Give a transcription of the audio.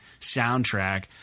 soundtrack